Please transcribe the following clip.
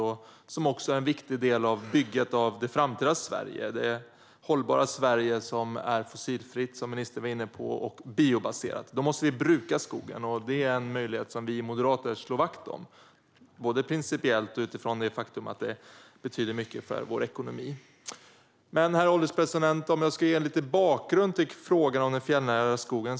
Den är också en viktig del av bygget av det framtida hållbara Sverige som är fossilfritt, som ministern var inne på, och biobaserat. Då måste vi bruka skogen. Det är en möjlighet som vi moderater slår vakt om både principiellt och utifrån det faktum att det betyder mycket för vår ekonomi. Herr ålderspresident! Jag ska ge lite bakgrund till frågan om den fjällnära skogen.